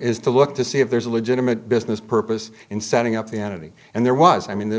is to look to see if there's a legitimate business purpose in setting up the entity and there was i mean this